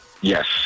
yes